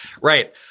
Right